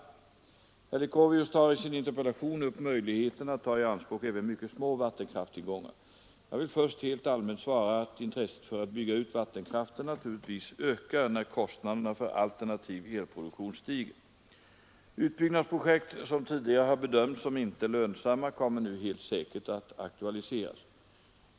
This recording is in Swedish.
Herr Leuchovius tar i sin interpellation upp möjligheterna att ta i anspråk även mycket små vattenkraftstillgångar. Jag vill först helt allmänt svara att intresset för att bygga ut vattenkraften naturligtvis ökar när kostnaderna för alternativ elproduktion stiger. Utbyggnadsprojekt som tidigare har bedömts som inte lönsamma kommer nu helt säkert att aktualiseras.